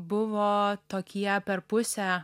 buvo tokie per pusę